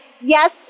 Yes